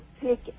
pick